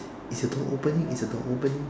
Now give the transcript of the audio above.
is the door opening is the door opening